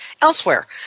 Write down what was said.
elsewhere